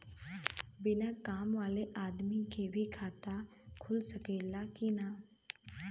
बिना काम वाले आदमी के भी खाता खुल सकेला की ना?